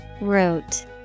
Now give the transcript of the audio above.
Root